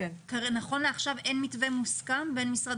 נכון לעכשיו אין מתווה מוסכם בין משרד